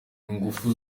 ingufu